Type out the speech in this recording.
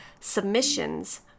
submissions